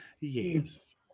Yes